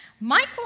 Michael